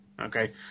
Okay